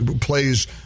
plays